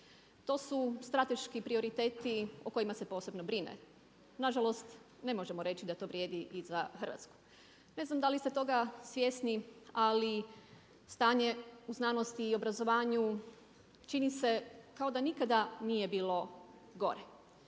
To su strateški prioriteti o kojima se posebno brine, nažalost ne možemo reći da to vrijedi i za Hrvatsku. Ne znam da li ste toga svjesni ali stanje u znanosti i obrazovanju čini se kao da nikada nije bilo gore.